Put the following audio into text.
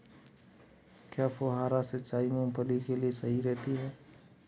क्या फुहारा सिंचाई मूंगफली के लिए सही रहती है?